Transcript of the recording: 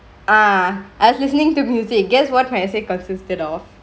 ah as listeningk to music guess what my essay consisted of